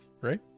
right